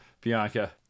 Bianca